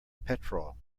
petrol